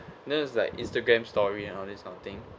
no it's like Instagram story and all this kind of thing